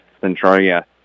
Centralia